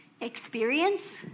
experience